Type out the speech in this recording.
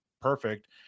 perfect